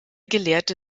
gelehrte